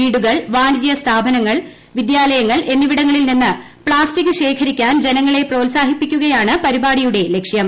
വീടുകൾ വാണിജ്യസ്ഥാപനങ്ങൾ വിദ്യാലയങ്ങൾ എന്നിവിടങ്ങളിൽ നിന്ന് പ്ലാസ്റ്റിക് ശേഖരിക്കാൻ ജനങ്ങളെ പ്രോത്സാഹിപ്പിക്കുകയാണ് പരിപാടിയുടെ ലക്ഷ്യം